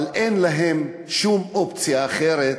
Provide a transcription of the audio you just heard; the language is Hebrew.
אבל להם אין שום אופציה אחרת.